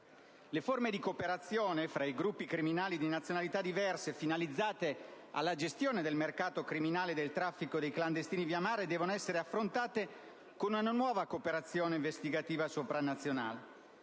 Le forme di cooperazione fra i gruppi criminali di nazionalità diverse finalizzate alla gestione del mercato criminale del traffico di clandestini via mare devono essere affrontate con una nuova cooperazione investigativa sovranazionale.